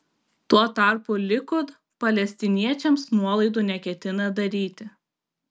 tuo tarpu likud palestiniečiams nuolaidų neketina daryti